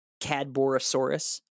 Cadborosaurus